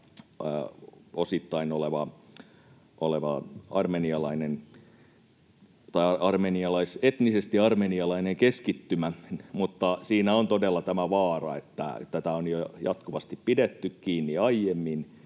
osittain oleva, etnisesti armenialainen keskittymä. Mutta siinä on todella tämä vaara, koska tätä on jo jatkuvasti pidetty kiinni aiemmin